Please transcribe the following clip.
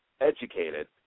educated